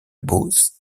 beauce